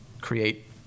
create